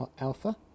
Alpha